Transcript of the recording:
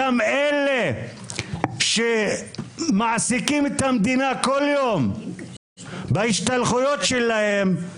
אותם אלה שמעסיקים את המדינה כל יום בהשתלחויות שלהם,